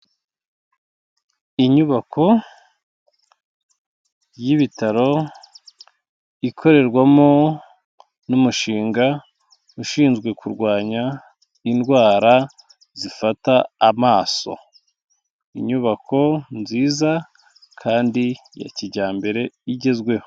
Inyubako y'ibitaro, ikorerwamo n'umushinga ushinzwe kurwanya indwara zifata amaso. Inyubako nziza kandi ya kijyambere igezweho.